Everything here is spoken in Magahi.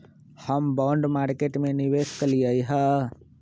हम बॉन्ड मार्केट में निवेश कलियइ ह